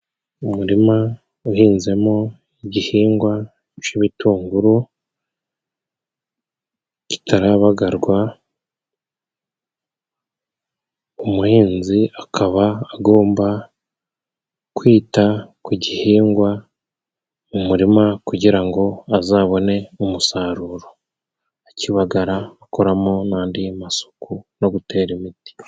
Umurima uhinzemo igihingwa c'ibitunguru kitarabagarwa, umuhinzi akaba agomba kwita ku gihingwa mu muririma, kugira ngo azabone umusaruro, akibagara, akoramo n'andi masuku no gutera imiti.